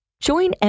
Join